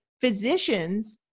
physicians